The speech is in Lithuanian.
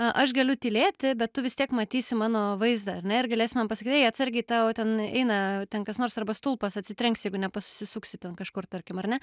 aš galiu tylėti bet tu vis tiek matysi mano vaizdą ar ne ir galėsi man pasakyt ei atsargiai tau ten eina ten kas nors arba stulpas atsitrenksi jeigu nepasisuksi ten kažkur tarkim ar ne